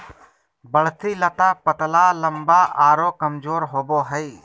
बढ़ती लता पतला लम्बा आरो कमजोर होबो हइ